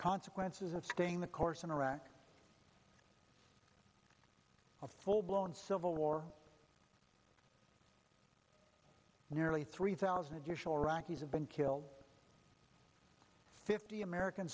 consequences of staying the course in iraq a full blown civil war nearly three thousand additional iraqis have been killed fifty american